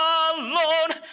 alone